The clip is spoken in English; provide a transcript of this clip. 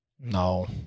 No